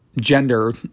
gender